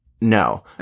no